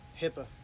HIPAA